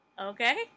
Okay